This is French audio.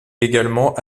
également